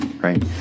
Right